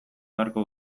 beharko